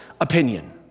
opinion